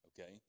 okay